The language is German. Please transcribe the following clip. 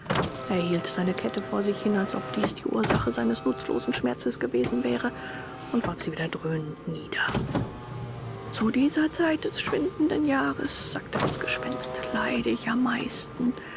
hielt seine kette vor sich hin als ob dies die ursache seines nutzlosen schmerzes gewesen wäre und warf sie wieder dröhnend nieder zu dieser zeit des schwindenden jahres sagte das gespenst leide ich am meisten